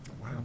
Wow